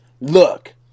look